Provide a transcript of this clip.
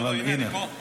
לא, הינה,